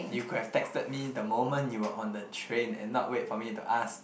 you could have texted me the moment you were on the train and not wait for me to ask